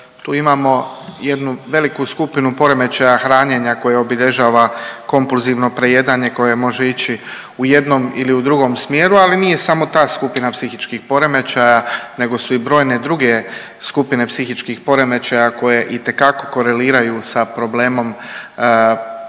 Tu imamo jednu veliku skupinu poremećaja hranjenja koje obilježavanja kompulzivno prejedanje koje može ići u jednom ili u drugom smjeru, ali nije samo ta skupina psihičkih poremećaja nego su i brojne druge skupine psihičkih poremećaja koje itekako koreliraju sa problemom prekomjerne